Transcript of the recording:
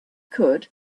could